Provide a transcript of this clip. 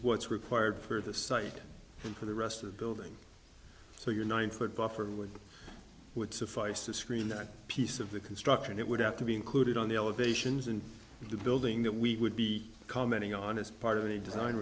what's required for the site and for the rest of the building so your nine foot buffer would would suffice to screen that piece of the construction it would have to be included on the elevations and the building that we would be commenting on as part of